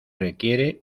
requiere